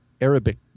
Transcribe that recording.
Arabic